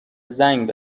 زنگ